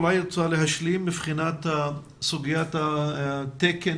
אולי את רוצה להשלים מבחינת סוגיית תקן